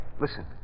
listen